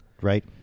right